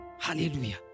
Hallelujah